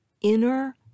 inner